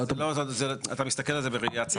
לא, אתה מסתכל על זה בראייה צרה.